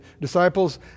disciples